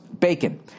bacon